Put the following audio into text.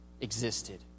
existed